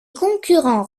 concurrents